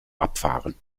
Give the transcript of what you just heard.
abfahren